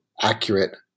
accurate